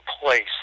place